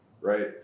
right